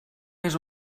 més